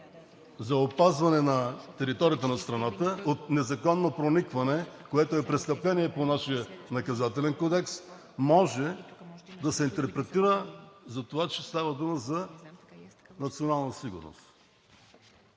за опазване на територията на страната от незаконно проникване, е престъпление по нашия Наказателен кодекс и може да се интерпретира, че става дума за националната сигурност.